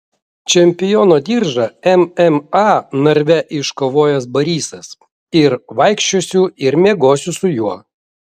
čempiono diržą mma narve iškovojęs barysas ir vaikščiosiu ir miegosiu su juo